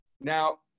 Now